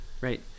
right